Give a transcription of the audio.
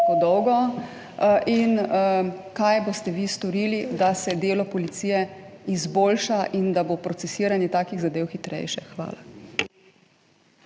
in kaj boste vi storili, da se delo policije izboljša in da bo procesiranje takih zadev hitrejše? Hvala.